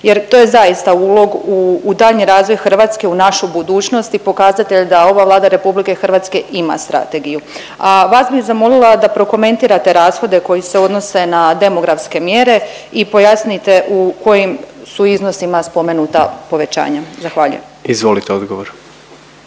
Jer to je zaista ulog u daljnji razvoj Hrvatske, u našu budućnost i pokazatelj da ova Vlada Republike Hrvatske ima strategiju. A vas bih zamolila da prokomentirate rashode koji se odnose na demografske mjere i pojasnite u kojim su iznosima spomenuta povećanja. Zahvaljujem. **Jandroković,